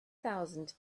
thousand